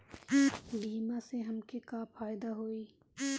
बीमा से हमके का फायदा होई?